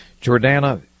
jordana